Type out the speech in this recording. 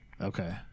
okay